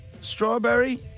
strawberry